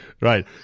Right